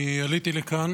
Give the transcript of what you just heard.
אני עליתי לכאן